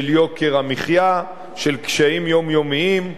של יוקר המחיה, של קשיים יומיומיים.